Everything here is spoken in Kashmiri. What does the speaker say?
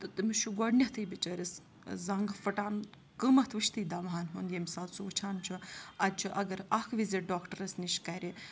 تہٕ تٔمِس چھُ گۄڈٕنٮ۪تھٕے بِچٲرِس زَنٛگ پھٕٹان قۭمَتھ وٕچھِتھٕے دَواہَن ہُنٛد ییٚمہِ ساتہٕ سُہ وٕچھان چھُ اَتہِ چھُ اگر اکھ وِزِٹ ڈاکٹرَس نِش کَرِ